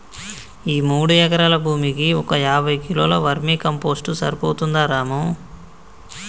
ఈ మూడు ఎకరాల భూమికి ఒక యాభై కిలోల వర్మీ కంపోస్ట్ సరిపోతుందా రాము